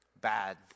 bad